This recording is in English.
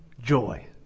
joy